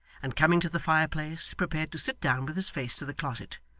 and coming to the fireplace, prepared to sit down with his face to the closet.